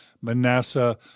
Manasseh